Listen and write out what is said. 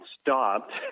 stopped